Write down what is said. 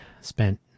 spent